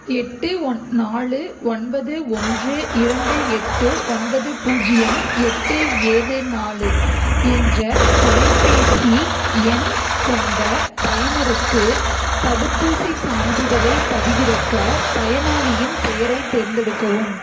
எட்டு நாலு ஒன்பது ஒன்று இரண்டு எட்டு ஒன்பது பூஜ்ஜியம் எட்டு ஏழு நாலு என்ற தொலைபேசி எண் கொண்ட பயனருக்கு தடுப்பூசி சான்றிதழைப் பதிவிறக்க பயனாளியின் பெயரை தேர்ந்தெடுக்கவும்